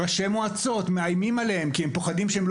ראשי מועצות מאיימים עליהם כי הם פוחדים שלא